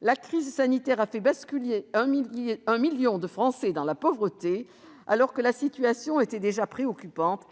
La crise sanitaire a fait basculer un million de Français dans la pauvreté, alors que la situation était déjà préoccupante,